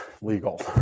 legal